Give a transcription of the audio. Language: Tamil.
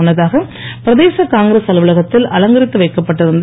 முன்னதாக பிரதேச காங்கிரஸ் அலுவலகத்தில் அலங்கரித்து வைக்கப்பட்டிருந்த